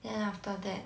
then after that